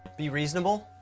be reasonable?